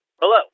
Hello